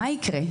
מה יקרה?